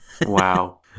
Wow